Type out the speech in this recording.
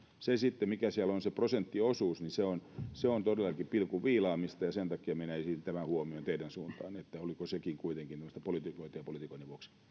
se sitten mikä siellä on se prosenttiosuus on todellakin pilkunviilaamista ja sen takia minä esitin tämän huomion teidän suuntaanne että oliko sekin kuitenkin tämmöistä politikointia politikoinnin vuoksi